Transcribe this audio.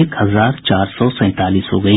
एक हजार चार सौ सैंतालीस हो गई है